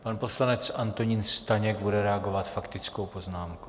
Pan poslanec Antonín Staněk bude reagovat faktickou poznámkou.